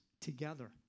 together